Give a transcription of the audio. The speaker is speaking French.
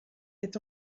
est